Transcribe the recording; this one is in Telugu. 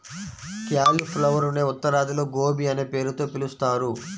క్యాలిఫ్లవరునే ఉత్తరాదిలో గోబీ అనే పేరుతో పిలుస్తారు